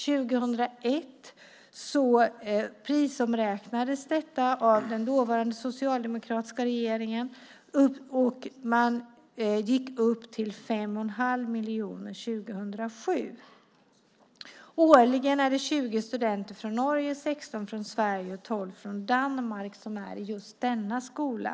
År 2001 prisomräknades detta av den dåvarande socialdemokratiska regeringen, och man gick upp till 5 1⁄2 miljon 2007. Årligen är det 20 studenter från Norge, 16 från Sverige och 12 från Danmark som går på just denna skola.